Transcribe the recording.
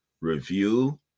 Review